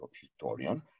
historian